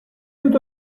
tout